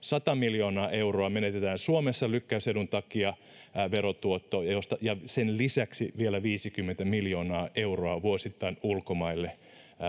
sata miljoonaa euroa menetetään suomessa lykkäysedun takia verotuottoa ja sen lisäksi vielä viisikymmentä miljoonaa euroa vuosittain ulkomaille